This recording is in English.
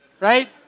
right